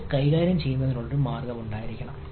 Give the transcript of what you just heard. ഇത് കൈകാര്യം ചെയ്യുന്നതിനുള്ള ഒരു മാർഗം ഉണ്ടായിരിക്കണം